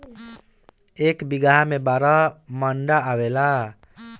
एक बीघा में बारह मंडा आवेला